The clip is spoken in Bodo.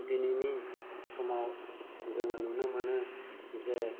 दिनैनि समाव जोङो नुनोमोनो जे